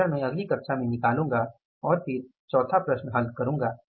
वह विचरण मैं अगली कक्षा में निकालूँगा और फिर चौथा प्रश्न हल करूँगा